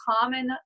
common